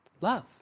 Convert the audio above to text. Love